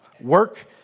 Work